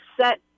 set